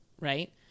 right